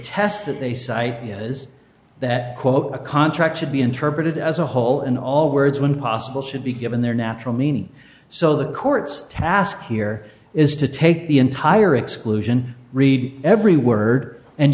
test that they cite is that a contract should be interpreted as a whole and all words when possible should be given their natural meaning so the court's task here is to take the entire exclusion read every word and